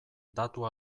datu